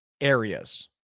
areas